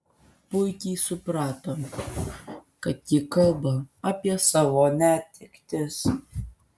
puikiai suprato kad ji kalba apie savo netektis